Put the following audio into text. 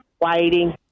waiting